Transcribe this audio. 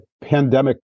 pandemic